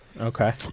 Okay